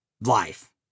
Life